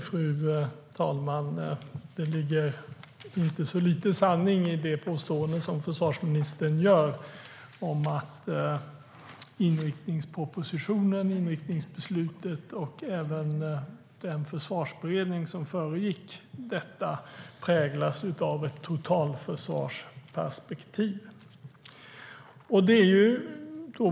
Fru talman! Det ligger inte så lite sanning i försvarsministerns påstående att inriktningspropositionen, inriktningsbeslutet och även den försvarsberedning som föregick det präglas av ett totalförsvarsperspektiv.